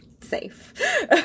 safe